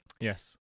Yes